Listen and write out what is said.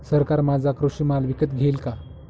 सरकार माझा कृषी माल विकत घेईल का?